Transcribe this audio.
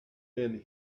been